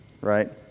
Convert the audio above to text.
Right